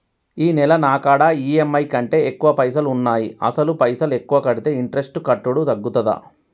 ఈ నెల నా కాడా ఈ.ఎమ్.ఐ కంటే ఎక్కువ పైసల్ ఉన్నాయి అసలు పైసల్ ఎక్కువ కడితే ఇంట్రెస్ట్ కట్టుడు తగ్గుతదా?